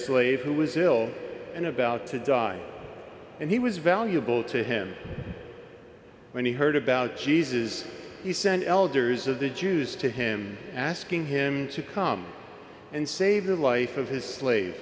slave who was ill and about to die and he was valuable to him when he heard about jesus he sent elders of the jews to him asking him to come and save the life of his sl